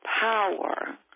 Power